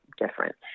different